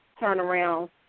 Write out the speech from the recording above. turnaround